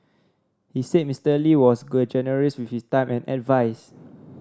he said Mister Lee was generous with his time and advise